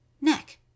Neck